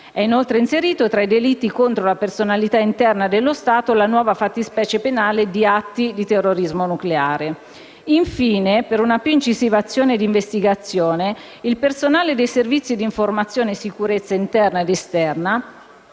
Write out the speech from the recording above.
È, inoltre, inserito tra i delitti contro la personalità interna dello Stato la nuova fattispecie penale di atti di terrorismo nucleare. Infine, per una più incisiva azione d'investigazione, il personale dei servizi di informazione e sicurezza interna ed esterna,